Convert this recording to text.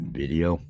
video